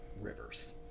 rivers